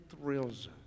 thrills